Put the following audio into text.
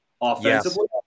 offensively